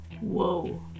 Whoa